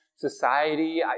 society